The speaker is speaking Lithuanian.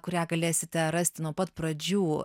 kurią galėsite rasti nuo pat pradžių